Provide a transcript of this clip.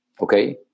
Okay